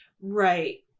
right